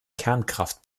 kernkraft